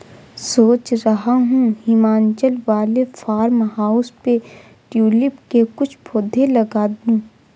सोच रहा हूं हिमाचल वाले फार्म हाउस पे ट्यूलिप के कुछ पौधे लगा दूं